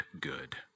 good